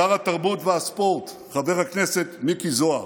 שר התרבות והספורט, חבר הכנסת מיקי זוהר,